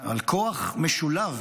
כוח משולב